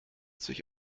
sich